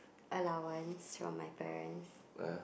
allowance from my parents